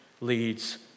leads